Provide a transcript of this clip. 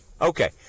okay